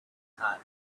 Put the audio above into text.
time